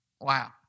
Wow